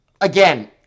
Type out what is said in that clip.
again